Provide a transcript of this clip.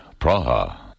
Praha